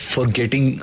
Forgetting